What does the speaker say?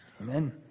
Amen